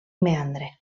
meandre